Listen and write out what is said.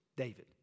David